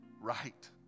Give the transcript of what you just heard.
right